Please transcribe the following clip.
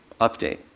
Update